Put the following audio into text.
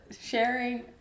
Sharing